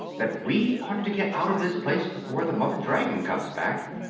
that we ought to get out of this place before the mother dragon comes back.